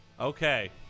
Okay